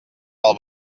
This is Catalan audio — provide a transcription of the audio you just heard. pel